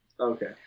Okay